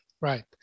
right